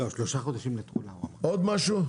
עוד משהו?